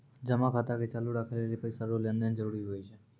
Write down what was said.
जमा खाता के चालू राखै लेली पैसा रो लेन देन जरूरी हुवै छै